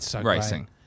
racing